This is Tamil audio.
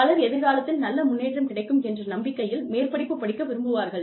பலர் எதிர்காலத்தில் நல்ல முன்னேற்றம் கிடைக்கும் என்ற நம்பிக்கையில் மேற்படிப்பு படிக்க விரும்புவார்கள்